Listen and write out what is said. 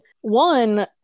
one